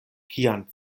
kian